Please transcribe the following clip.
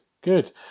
Good